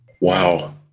Wow